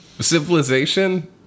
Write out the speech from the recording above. civilization